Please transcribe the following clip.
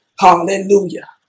Hallelujah